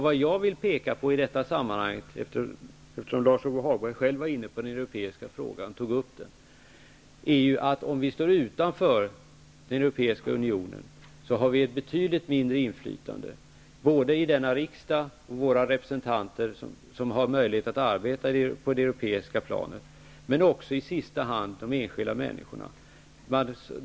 Vad jag vill peka på i detta sammanhang, eftersom Lars Ove Hagberg själv tog upp den europeiska frågan, är att om vi står utanför Europeiska unionen har vi ett betydligt mindre inflytande när det gäller både denna riksdag och våra representanter som har möjlighet att arbeta på det europeiska planet, men också i sista hand de enskilda människorna.